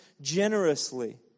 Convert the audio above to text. generously